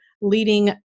leading